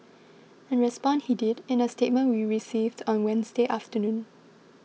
and respond he did in a statement we received on Wednesday afternoon